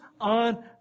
on